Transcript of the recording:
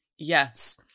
yes